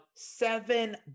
seven